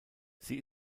sie